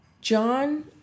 John